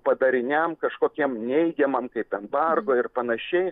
padariniam kažkokiem neigiamam kaip embargo ir panašiai